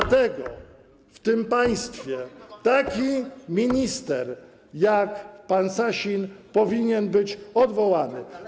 Dlatego w tym państwie taki minister jak pan Sasin powinien być odwołany.